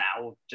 now